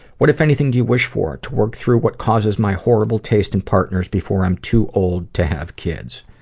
what if anything do you wish for? to work through what causes my horrible taste in partners before i'm too old to have kids.